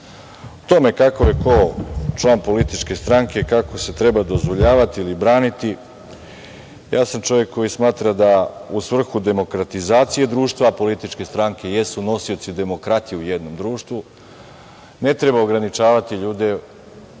tome kako je ko član politički stranke, kako se treba dozvoljavati ili braniti, ja sam čovek koji smatra da u svrhu demokratizacije društva, političke stranke jesu nosioci demokratije u jednom društvu, ne treba ograničavati ljude